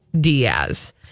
Diaz